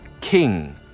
King